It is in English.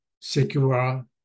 secure